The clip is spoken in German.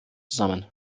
zusammen